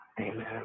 Amen